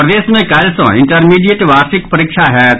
प्रदेश मे कोल्हि सँ इंटरमीडिएट वार्षिक परीक्षा होयत